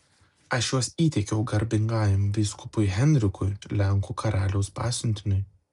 aš juos įteikiau garbingajam vyskupui henrikui lenkų karaliaus pasiuntiniui